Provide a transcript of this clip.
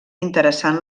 interessant